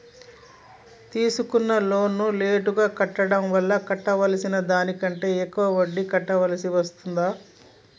తీసుకున్న లోనును లేటుగా కట్టడం వల్ల కట్టాల్సిన దానికంటే ఎక్కువ వడ్డీని కట్టాల్సి వస్తదా?